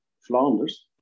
Flanders